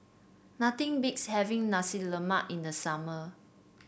nothing beats having Nasi Lemak in the summer